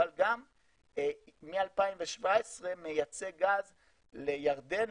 אבל גם מ-2017 מייצא גז לירדן,